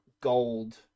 gold